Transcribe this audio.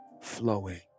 flowing